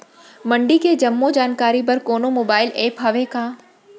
मंडी के जम्मो जानकारी बर कोनो मोबाइल ऐप्प हवय का?